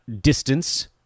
distance